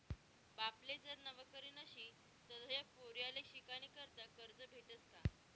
बापले जर नवकरी नशी तधय पोर्याले शिकानीकरता करजं भेटस का?